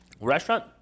Restaurant